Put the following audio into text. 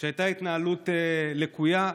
שהייתה התנהלות לקויה,